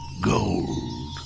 Gold